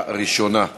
התשע"ה 2015,